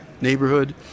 neighborhood